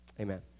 Amen